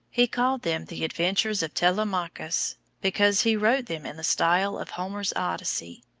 he called them the adventures of telemachus because he wrote them in the style of homer's odyssey.